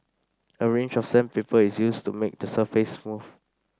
a range of sandpaper is used to make the surface smooth